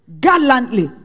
gallantly